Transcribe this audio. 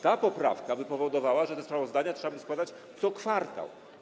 Ta poprawka by powodowała, że te sprawozdania trzeba by składać co kwartał.